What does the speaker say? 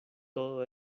todo